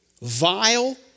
vile